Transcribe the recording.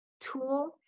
tool